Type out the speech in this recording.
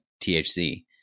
THC